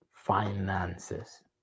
Finances